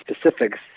specifics